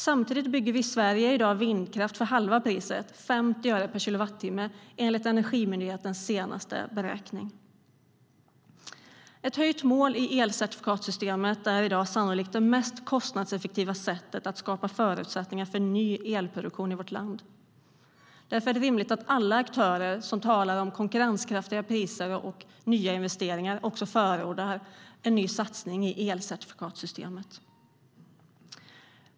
Samtidigt bygger vi i Sverige i dag vindkraft för halva priset, 50 öre per kilowattimme, enligt Energimyndighetens senaste beräkning. Ett höjt mål i elcertifikatssystemet är i dag sannolikt det mest kostnadseffektiva sättet att skapa förutsättningar för ny elproduktion i vårt land. Därför är det rimligt att alla aktörer som talar om konkurrenskraftiga priser och nya investeringar också förordar en ny satsning i elcertifikatssystemet.